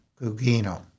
Gugino